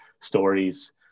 stories